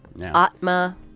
Atma